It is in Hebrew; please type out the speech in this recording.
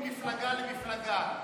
ממפלגה למפלגה.